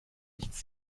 nichts